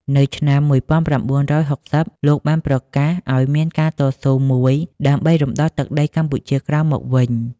នៅឆ្នាំ ១៩៦០ លោកបានប្រកាសឱ្យមានការតស៊ូមួយ ដើម្បីរំដោះទឹកដីកម្ពុជាក្រោមមកវិញ ។